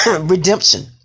redemption